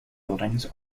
buildings